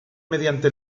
mediante